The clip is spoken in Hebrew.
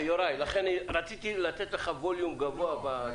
יוראי, רציתי לתת לך ווליום גבוה.